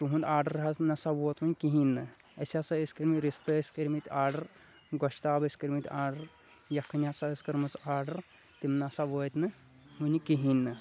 تُہُنٛد آرڈَر حظ نَسا ووٚت نہٕ کِہینۍ نہٕ اَسہِ ہَسا ٲسۍ کٔرۍ مٕتۍ رِستہٕ ٲسۍ کٔرۍ مٕتۍ آرڈَر گۄشتاب ٲسۍ کٔرۍ مٕتۍ آرڈَر یَکھٕنۍ ہَسا ٲسۍ کٔرمٕژ آرڈَر تِم نَسا وٲتۍ نہٕ وٕنہِ کِہینۍ نہٕ